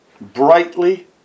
brightly